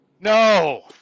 No